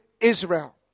Israel